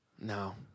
No